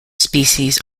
species